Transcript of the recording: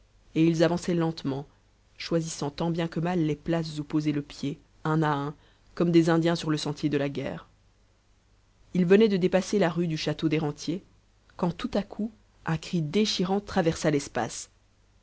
et ils avançaient lentement choisissant tant bien que mal les places où poser le pied un à un comme des indiens sur le sentier de la guerre ils venaient de dépasser la rue du château des rentiers quand tout à coup un cri déchirant traversa l'espace